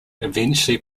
eventually